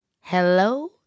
Hello